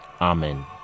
amen